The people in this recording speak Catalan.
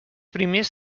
primers